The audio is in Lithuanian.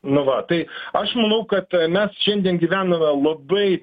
nu va tai aš manau kad mes šiandien gyvename labai